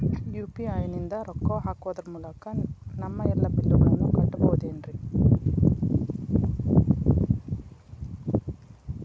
UPI ನಿಂದ ರೊಕ್ಕ ಹಾಕೋದರ ಮೂಲಕ ನಮ್ಮ ಎಲ್ಲ ಬಿಲ್ಲುಗಳನ್ನ ಕಟ್ಟಬಹುದೇನ್ರಿ?